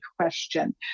question